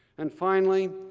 and finally,